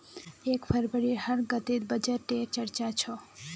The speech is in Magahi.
एक फरवरीत हर गलीत बजटे र चर्चा छ